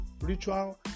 ritual